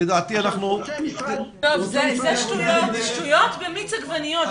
זה שטויות במיץ עגבניות.